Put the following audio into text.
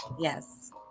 Yes